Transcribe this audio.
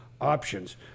options